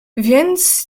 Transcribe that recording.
więc